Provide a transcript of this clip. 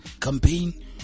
campaign